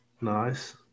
Nice